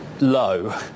low